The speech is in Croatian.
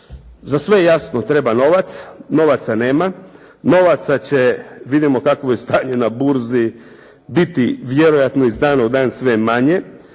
Za sve jasno treba novac. Novaca nema. Novaca će, vidimo kakvo je stanje na burzi biti vjerojatno iz dana u dan sve manje,